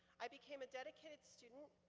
i became a dedicated student,